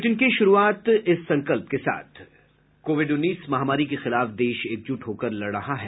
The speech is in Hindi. बुलेटिन की शुरूआत इस संकल्प के साथ कोविड उन्नीस महामारी के खिलाफ देश एकजुट होकर लड़ रहा है